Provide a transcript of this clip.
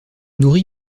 nourri